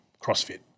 crossfit